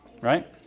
Right